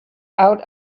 out